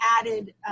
added